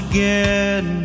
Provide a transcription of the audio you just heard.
again